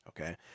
Okay